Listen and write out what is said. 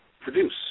produce